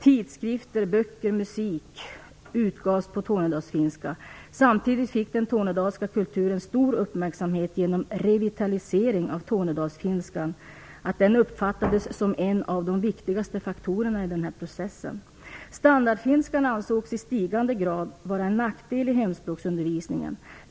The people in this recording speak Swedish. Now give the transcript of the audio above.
Tidskrifter, böcker och musik gavs ut på tornedalsfinska. Samtidigt fick den tornedalska kulturen så stor uppmärksamhet genom revitaliseringen av tornedalsfinskan att den uppfattades som en av de viktigaste faktorerna i denna process. Standardfinskan ansågs i stigande grad vara en nackdel i hemspråksundervisningen.